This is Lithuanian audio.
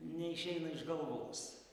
neišeina iš galvos